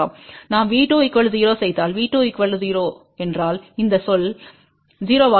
நாம் V2 0 செய்தால் V2 0 என்றால் இந்த சொல் 0 ஆக மாறும்